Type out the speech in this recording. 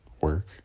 work